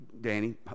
Danny